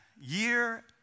year